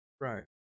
Right